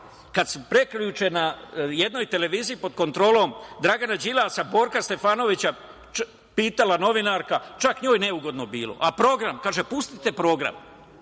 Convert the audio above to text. Kada je prekjuče na jednoj televiziji pod kontrolom Dragana Đilasa, Borka Stefanovića, pitala novinarka, čak je njoj neugodno bilo, a program, pustite program.